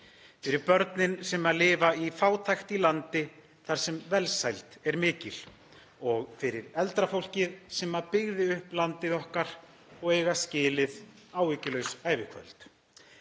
fyrir börnin sem lifa í fátækt í landi þar sem velsæld er mikil og fyrir eldra fólkið sem byggði upp landið okkar og á skilið áhyggjulaust ævikvöld.